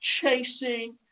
chasing